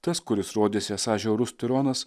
tas kuris rodėsi esąs žiaurus tironas